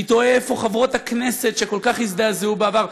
אני תוהה איפה חברות הכנסת שכל כך הזדעזעו בעבר.